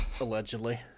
Allegedly